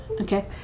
Okay